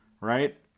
right